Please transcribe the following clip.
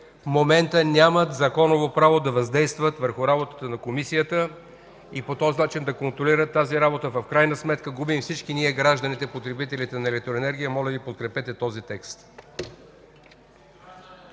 в момента нямат законово право да въздействат върху работата на Комисията и по този начин да контролират тази работа и в крайна сметка губим всички ние гражданите, потребителите на електроенергия. Моля Ви, подкрепете този текст.